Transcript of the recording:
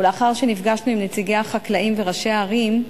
ולאחר שנפגשנו עם נציגי החקלאים וראשי הערים,